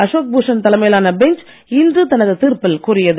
அஷோக் பூஷண் தலைமையிலான பெஞ்ச் இன்று தனது தீர்ப்பில் கூறியது